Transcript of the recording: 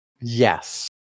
Yes